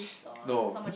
no